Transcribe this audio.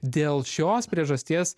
dėl šios priežasties